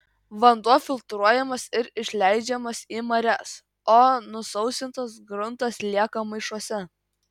vanduo filtruojamas ir išleidžiamas į marias o nusausintas gruntas lieka maišuose